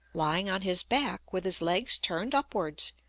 lying on his back with his legs turned upwards,